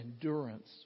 endurance